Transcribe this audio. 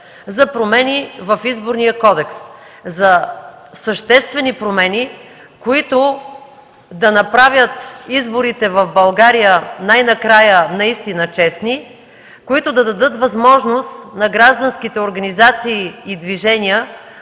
за промени в Изборния кодекс, за съществени промени, които да направят изборите в България най-накрая наистина честни, които да дадат възможност на гражданските организации и движения